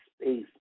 space